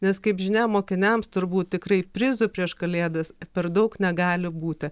nes kaip žinia mokiniams turbūt tikrai prizų prieš kalėdas per daug negali būti